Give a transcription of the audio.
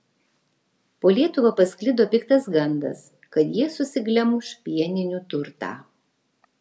po lietuvą pasklido piktas gandas kad jie susiglemš pieninių turtą